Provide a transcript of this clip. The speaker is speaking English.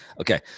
Okay